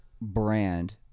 brand